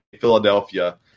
Philadelphia